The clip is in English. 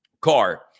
car